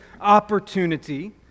opportunity